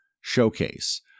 showcase